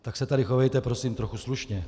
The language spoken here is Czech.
Tak se tady chovejte prosím trochu slušně.